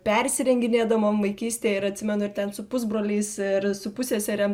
persirenginėdavom vaikystėj ir atsimenu ir ten su pusbroliais ir su pusseserėm